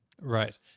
Right